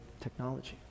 Technology